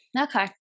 Okay